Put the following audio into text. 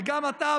וגם אתה,